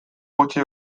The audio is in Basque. gutxi